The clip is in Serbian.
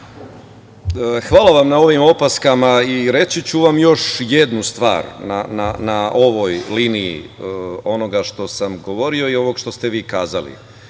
Hvala vam na ovim opaskama. Reći ću vam još jednu stvar na ovoj liniji onoga što sam govorio i onoga što ste vi kazali. Dakle,